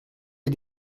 est